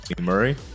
Murray